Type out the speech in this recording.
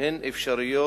הן אפשריות